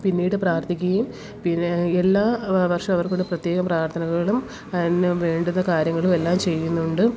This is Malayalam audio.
പിന്നീട് പ്രാർത്ഥിക്കുകയും പിന്നെ എല്ലാ വർഷം അവർക്ക് ഒരു പ്രത്യേക പ്രാർത്ഥനകളിലും അതിനു വേണ്ടുന്ന കാര്യങ്ങളും എല്ലാം ചെയ്യുന്നുണ്ട്